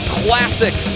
classic